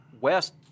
West